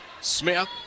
Smith